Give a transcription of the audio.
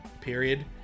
Period